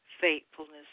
faithfulness